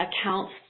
accounts